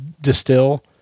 distill